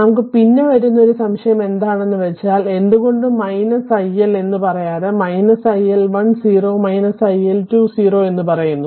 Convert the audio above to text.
നമുക്ക് പിന്നെ വരുന്ന ഒരു സംശയം എന്താണെന്നു വെച്ചാൽ എന്ത് കൊണ്ട് iL എന്ന് പറയാതെ iL10 iL20 എന്ന് പറയുന്നു